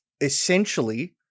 essentially